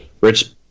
Rich